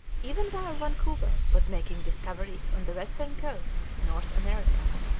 e ven while vancouver was making discoveries on the western coast of north america,